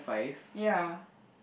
ya